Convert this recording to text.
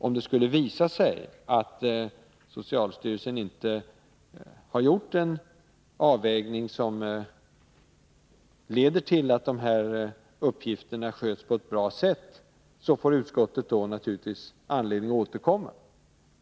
Om det skulle visa sig att socialstyrelsen inte har gjort en avvägning som leder till att de här uppgifterna sköts på ett bra sätt, får utskottet naturligtvis anledning att återkomma.